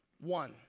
one